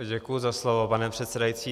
Děkuji za slovo, pane předsedající.